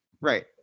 Right